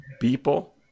people